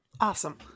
awesome